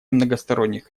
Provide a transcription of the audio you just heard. многосторонних